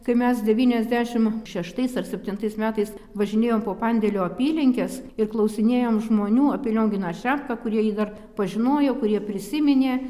kai mes devyniasdešim šeštais ar septintais metais važinėjom po pandėlio apylinkes ir klausinėjom žmonių apie lionginą šepką kurie jį dar pažinojo kurie prisiminė